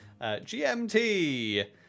GMT